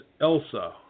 Elsa